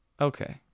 Okay